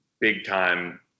big-time